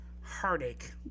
heartache